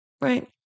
Right